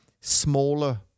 smaller